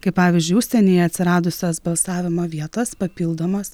kaip pavyzdžiui užsienyje atsiradusios balsavimo vietos papildomos